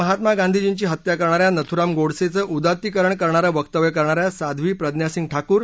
महात्मा गांधीजींची हत्या करणाऱ्या नथुराम गोडसेचं उदात्तीकरण करणारं वकव्य करणाऱ्या साध्वी प्रज्ञा सिंह ठाकूर